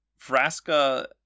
Vraska